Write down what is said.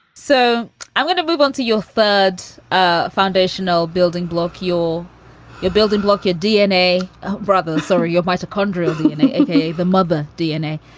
so i want to move on to your third ah foundational building, block your your building, block your dna brothers or your mitochondrial dna, the mother dna.